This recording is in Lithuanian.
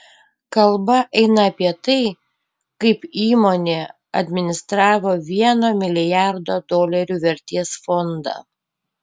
kalba eina apie tai kaip įmonė administravo vieno milijardo dolerių vertės fondą